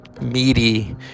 meaty